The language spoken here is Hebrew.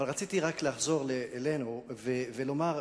אבל רציתי רק לחזור אלינו ולומר,